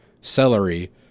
celery